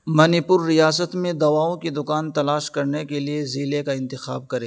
منی پور ریاست میں دواؤں کی دکان تلاش کرنے کے لیے ضلعے کا انتخاب کرے